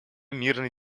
мирной